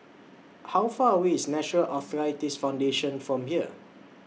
How Far away IS National Arthritis Foundation from here